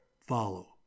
follow